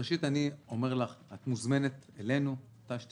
אני אומר לך שאת מוזמנת אלינו מתי שתרצי,